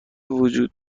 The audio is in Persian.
وجود